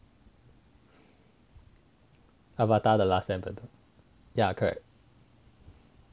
avatar the last airbender ya correct